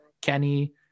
Kenny